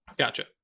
Gotcha